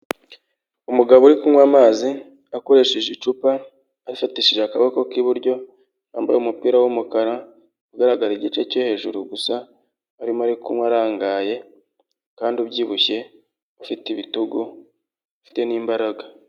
Umugabo uri kunywa amazi, akoresheje icupa, arifatishije akaboko k'iburyo, yambaye umupira w'umukara, ugaragara igice cyo hejuru gusa, arimo ari kunywa arangaye kandi ubyibushye, ufite ibitugu, ufite n'imbaraga.